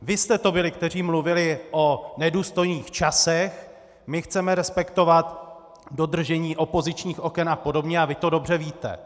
Vy jste to byli, kteří mluvili o nedůstojných časech, my chceme respektovat dodržení opozičních oken a podobně, a vy to dobře víte.